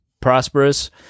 prosperous